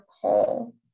call